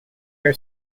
her